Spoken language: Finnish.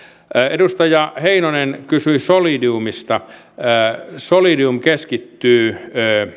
edustaja heinonen kysyi solidiumista solidium keskittyy